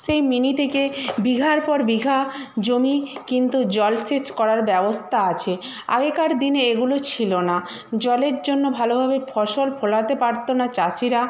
সেই মিনি থেকে বিঘার পর বিঘা জমি কিন্তু জলসেচ করার ব্যবস্তা আছে আগেকার দিনে এগুলো ছিলো না জলের জন্য ভালোভাবে ফসল ফলাতে পারতো না চাষিরা